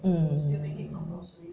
mm